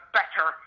better